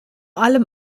allem